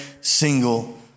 single